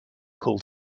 called